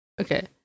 Okay